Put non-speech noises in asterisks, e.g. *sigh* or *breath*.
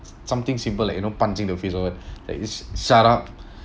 something simple like you know punching the face or what *breath* like just shut up *breath*